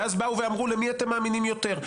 ואז באו ואמרו: למי אתם מאמינים יותר?